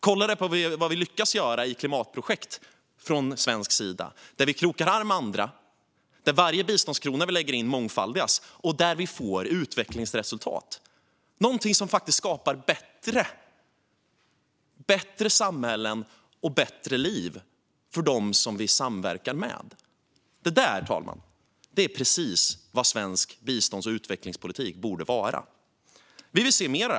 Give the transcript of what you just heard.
Kolla på vad vi lyckas göra i klimatprojekt från svensk sida när vi krokar arm med andra! Där mångfaldigas varje biståndskrona vi lägger in, och vi får utvecklingsresultat - något som faktiskt skapar bättre samhällen och bättre liv för dem som vi samverkar med. Detta, herr talman, är precis vad svensk bistånds och utvecklingspolitik borde vara.